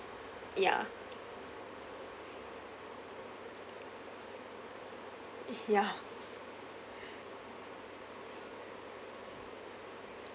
ya ya